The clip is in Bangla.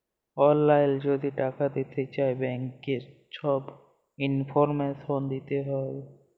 অললাইল যদি টাকা দিতে চায় ব্যাংকের ছব ইলফরমেশল দিতে হ্যয়